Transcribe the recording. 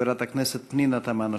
חברת הכנסת פנינה תמנו-שטה.